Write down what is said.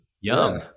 Yum